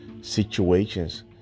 situations